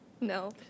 No